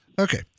Okay